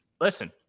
Listen